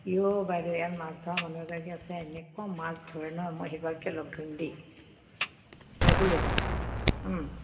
বাইদেউ ইয়াত মাছ ধৰা মানুহ এগৰাকী আছে এনেকুৱা মাছ ধৰে ন মই সেইগৰাকীকে লগ ধৰিম দেই তেওঁকো লৈ যাম